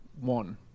one